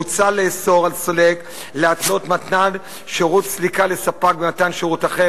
מוצע לאסור על סולק להתנות מתן שירות סליקה לספק במתן שירות אחר,